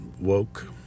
woke